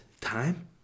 time